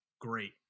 great